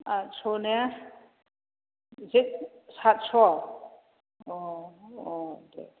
आठस' ने जेठ सातस' अ अ दे दे